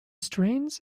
strains